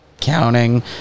counting